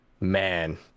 man